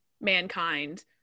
mankind